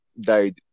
died